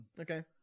Okay